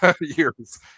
years